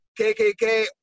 KKK